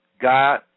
God